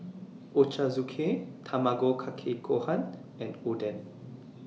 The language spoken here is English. Ochazuke Tamago Kake Gohan and Oden